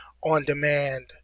on-demand